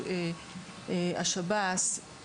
השב"ס,